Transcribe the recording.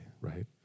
right